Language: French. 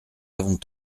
avons